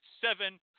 seven